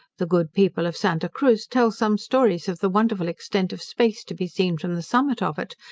the good people of santa cruz tell some stories of the wonderful extent of space to be seen from the summit of it,